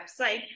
website